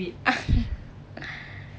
ah